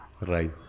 Right